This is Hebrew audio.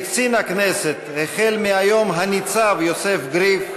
לקצין הכנסת, החל מהיום הניצב יוסף גריף,